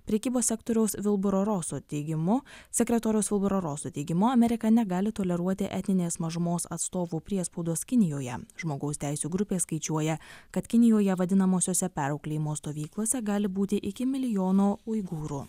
prekybos sektoriaus vilboro roso teigimu sekretoriaus vilboro roso teigimu amerika negali toleruoti etninės mažumos atstovų priespaudos kinijoje žmogaus teisių grupė skaičiuoja kad kinijoje vadinamosiose perauklėjimo stovyklose gali būti iki milijono uigūrų